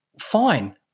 fine